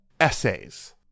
essays